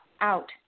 out